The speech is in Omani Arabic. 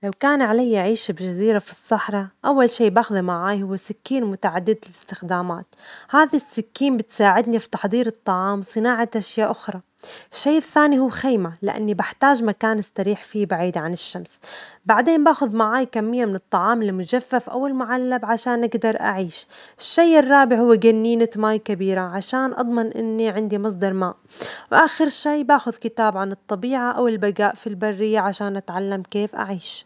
لو كان عليَّ عيش بجزيرة في الصحراء أول شيء بأخذه معايا هو سكين متعددة الإستخدامات، هذي السكين بتساعدني في تحضير الطعام وصناعة أشياء أخرى، الشيء الثاني هو خيمة لأني بحتاج مكان أستريح فيه بعيد عن الشمس، بعدين بأخذ معايا كمية من الطعام المجفف أو المعلب عشان أجدر أعيش، الشيء الرابع هو جنينة ماء كبيرة عشان أضمن إني عندي مصدر ماء، وآخر شيء بأخذ كتاب عن الطبيعة أو البجاء في البرية عشان أتعلم كيف أعيش.